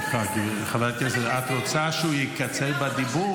חברת הכנסת, את רוצה שיקצר בדיבור